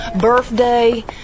birthday